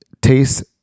Taste